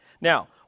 Now